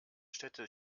städte